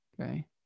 Okay